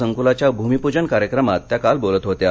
संकुलाच्या भूमिपूजन कार्यक्रमात बोलताना त्या काल बोलत होत्या